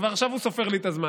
כבר עכשיו הוא סופר לי את הזמן,